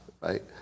Right